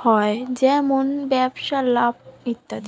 হয়, যেমন ব্যবসায় লাভ ইত্যাদি